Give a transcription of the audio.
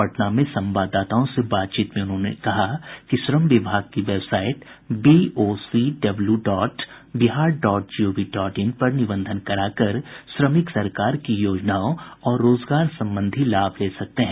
पटना में संवाददाताओं से बातचीत में उन्होंने कहा कि श्रम विभाग की website B O C W dot Bihar dot G O V dot in पर निबंधन कराकर श्रमिक सरकार की योजनाओं और रोजगार संबंधी लाभ ले सकते हैं